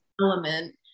element